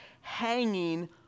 hanging